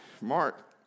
Mark